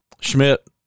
Schmidt